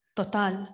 total